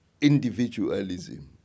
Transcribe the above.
individualism